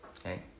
Okay